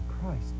Christ